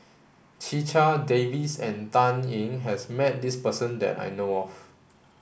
Checha Davies and Dan Ying has met this person that I know of